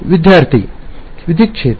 ವಿದ್ಯಾರ್ಥಿ ವಿದ್ಯುತ್ ಕ್ಷೇತ್ರ